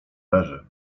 leży